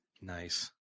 Nice